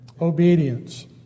obedience